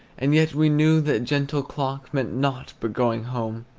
and yet we knew that gentle clock meant nought but going home.